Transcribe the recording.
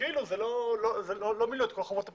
כאילו הוא לא מילא את כל חובת הפרסום.